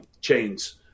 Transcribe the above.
chains